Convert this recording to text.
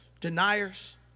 deniers